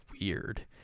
weird